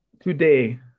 today